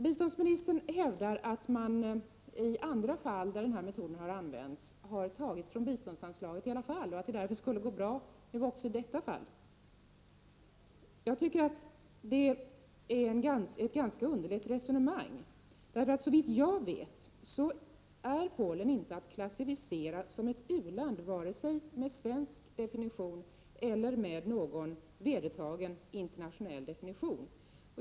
Biståndsministern hävdar att man i andra fall då den här metoden har använts, i alla fall tagit medel från biståndsanslaget och att det därför skulle gå bra att göra det även i detta fall. Jag tycker att det är ett ganska underligt resonemang. Såvitt jag vet är Polen inte klassificerat som ett u-land vare sig med svensk definition eller med någon vedertagen internationell definition.